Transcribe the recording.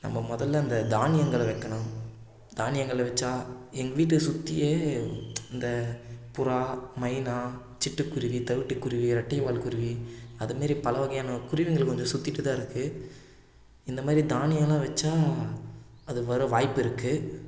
நம்ம முதல்ல அந்த தானியங்களை வைக்கணும் தானியங்களை வச்சால் எங்கள் வீட்டை சுற்றியே இந்த புறா மைனா சிட்டுக்குருவி தவிட்டுக்குருவி ரெட்டைவால்குருவி அதுமாரி பலவகையான குருவிங்கள் கொஞ்சம் சுற்றிட்டுதான் இருக்குது இந்தமாதிரி தானியம்லாம் வச்சால் அது வர வாய்ப்பு இருக்குது